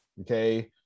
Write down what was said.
Okay